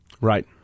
Right